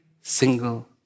single